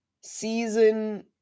season